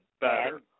Better